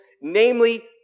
Namely